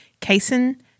casein